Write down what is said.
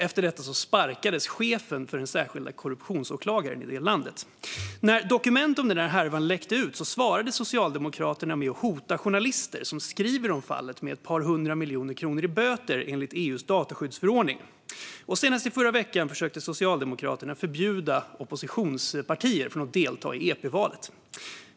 Efter detta sparkades chefen för den särskilda korruptionsåklagaren i landet. När dokument om härvan läckte ut svarade socialdemokraterna med att hota journalister som skriver om fallet med ett par hundra miljoner kronor i böter enligt EU:s dataskyddsförordning. Senast i förra veckan försökte socialdemokraterna förbjuda oppositionspartier att delta i EP-valet.